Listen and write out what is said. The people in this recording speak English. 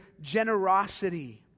generosity